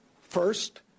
First